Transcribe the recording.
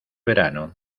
verano